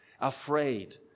afraid